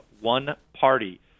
one-party